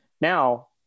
Now